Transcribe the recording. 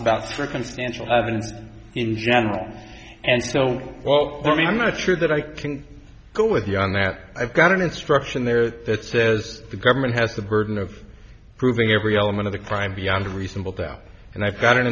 evidence in general and so well for me i'm not sure that i can go with you on that i've got an instruction there that says the government has the burden of proving every element of the crime beyond a reasonable doubt and i've got an